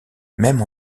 même